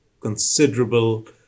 considerable